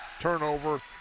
turnover